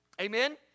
Amen